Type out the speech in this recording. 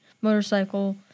motorcycle